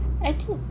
I think